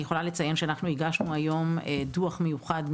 אני יכולה לציין שאנחנו הגשנו היום דוח מיוחד,